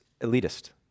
elitist